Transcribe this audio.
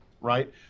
right